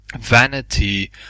Vanity